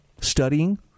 studying